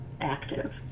active